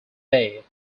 bay